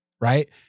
right